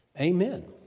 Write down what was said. Amen